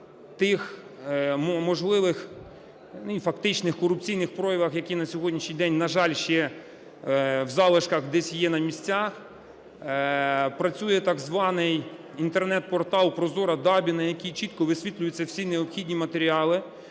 на тих можливих і фактичних корупційних проявах, які на сьогоднішній день, на жаль, ще в залишках десь є на місцях, працює так званий Інтернет-портал "Прозора ДАБІ", на якій чітко висвітлюються всі необхідні матеріали,